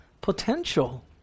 potential